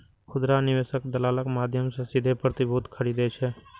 खुदरा निवेशक दलालक माध्यम सं सीधे प्रतिभूति खरीदै छै